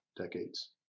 decades